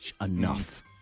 enough